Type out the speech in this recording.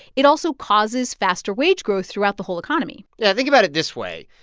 it also causes faster wage growth throughout the whole economy yeah, think about it this way.